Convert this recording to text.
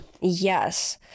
Yes